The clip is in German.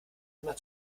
immer